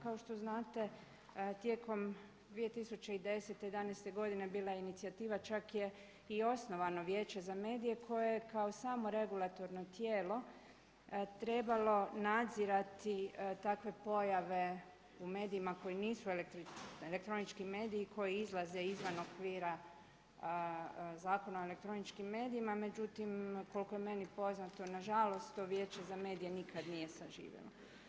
Kao što znate tijekom 2010., 2011. godine bila je inicijativa, čak je i osnovano Vijeće za medije koje je kao samo regulatorno tijelo trebalo nadzirati takve pojave u medijima koji nisu elektronički mediji koji izlaze izvan okvira Zakona o elektroničkim medijima međutim koliko je meni poznato nažalost to vijeće za medije nikada nije zaživjelo.